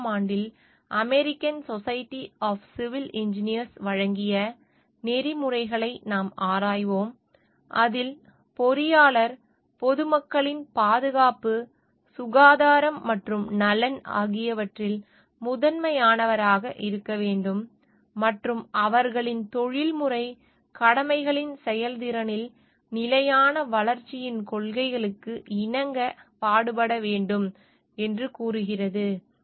1997 ஆம் ஆண்டில் American society of civil engineers வழங்கிய நெறிமுறைகளை நாம் ஆராய்வோம் அதில் பொறியாளர் பொதுமக்களின் பாதுகாப்பு சுகாதாரம் மற்றும் நலன் ஆகியவற்றில் முதன்மையானவராக இருக்க வேண்டும் மற்றும் அவர்களின் தொழில்முறை கடமைகளின் செயல்திறனில் நிலையான வளர்ச்சியின் கொள்கைகளுக்கு இணங்க பாடுபட வேண்டும் என்று கூறுகிறது